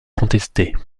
contester